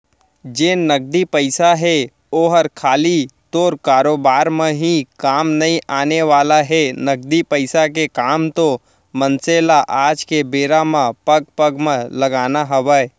जेन नगदी पइसा हे ओहर खाली तोर कारोबार म ही काम नइ आने वाला हे, नगदी पइसा के काम तो मनसे ल आज के बेरा म पग पग म लगना हवय